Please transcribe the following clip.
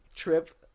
trip